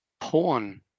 porn